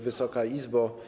Wysoka Izbo!